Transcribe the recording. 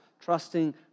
trusting